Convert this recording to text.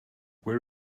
where